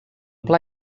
pla